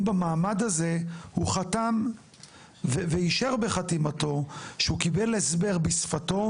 במעמד הזה הוא חתם ואישר בחתימתו שהוא קיבל הסבר בשפתו?